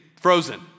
frozen